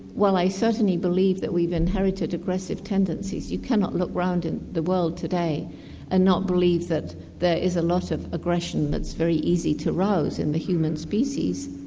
while i certainly believe that we've inherited aggressive tendencies, you cannot look around at the world today and not believe that there is a lot of aggression that's very easy to rouse in the human species,